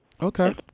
Okay